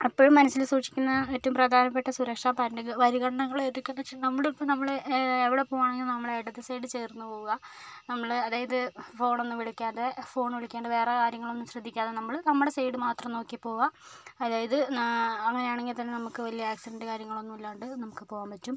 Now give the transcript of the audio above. എപ്പോഴും മനസ്സിൽ സൂക്ഷിക്കുന്ന ഏറ്റവും പ്രധാനപ്പെട്ട സുരക്ഷാ പരിണഗ പരിഗണനകൾ ഏതൊക്കെയെന്ന് വെച്ചാൽ നമ്മളിപ്പോൾ നമ്മൾ എവിടെ പോകുകയാണെങ്കിലും നമ്മൾ ഇടത് സൈഡ് ചേർന്ന് പോകുക നമ്മൾ അതായത് ഫോണൊന്നും വിളിക്കാതെ ഫോൺ വിളിക്കാണ്ട് വേറെ കാര്യങ്ങളൊന്നും ശ്രദ്ധിക്കാതെ നമ്മൾ നമ്മുടെ സൈഡ് മാത്രം നോക്കി പോകുക അതായത് അങ്ങനെയാണെങ്കിൽ തന്നെ നമുക്ക് വലിയ ആക്സിഡന്റ് കാര്യങ്ങളൊന്നും ഇല്ലാണ്ട് നമുക്ക് പോകാൻ പറ്റും